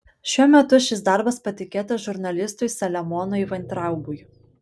šiuo metu šis darbas patikėtas žurnalistui saliamonui vaintraubui